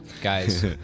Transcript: Guys